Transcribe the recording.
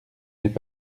n’est